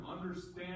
understand